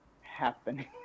happening